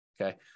okay